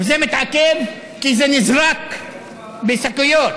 וזה מתעכב כי זה נזרק בשקיות.